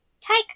take